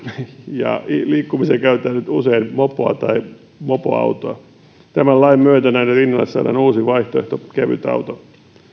ja liikkumiseen he ovat käyttäneet usein mopoa tai mopoautoa tämän lain myötä näiden rinnalle saadaan uusi vaihtoehto kevytauto